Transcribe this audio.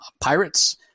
pirates